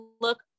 look